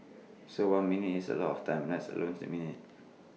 so one minute is A lot of time let alone six minutes